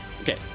okay